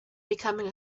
becoming